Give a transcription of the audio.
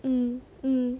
mm mm